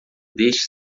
deste